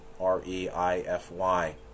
R-E-I-F-Y